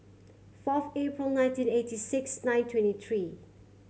fourth April nineteen eighty six nine twenty three